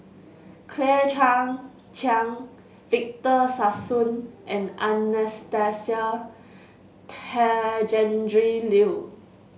Claire Chiang Chiang Victor Sassoon and Anastasia Tjendri Liew